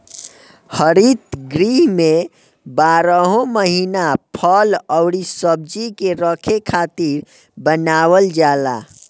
हरित गृह में बारहो महिना फल अउरी सब्जी के रखे खातिर बनावल जाला